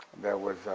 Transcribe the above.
there was,